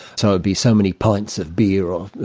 so it would be so many pints of beer, ah